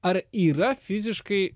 ar yra fiziškai